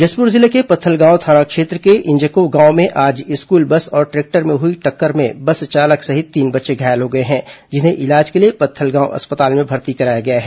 जशपुर जिले के पत्थलगांव थाना क्षेत्र के इंजको गांव में आज स्कूल बस और ट्रैक्टर में हुई टक्कर में बस चालक सहित तीन बच्चे घायल हो गए हैं जिन्हें इलाज के लिए पत्थलगांव अस्पताल मे भर्ती कराया गया है